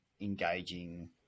engaging